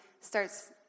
starts